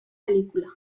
películas